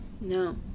No